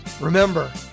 Remember